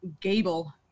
Gable